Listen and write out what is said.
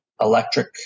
electric